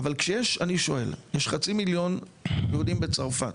אבל כשיש, אני שואל, יש חצי מיליון יהודים בצרפת,